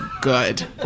good